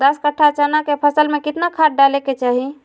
दस कट्ठा चना के फसल में कितना खाद डालें के चाहि?